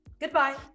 Goodbye